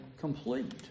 Complete